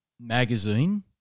magazine